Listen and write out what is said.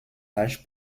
large